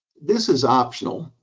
this is optional.